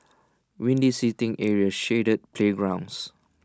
windy seating areas shaded playgrounds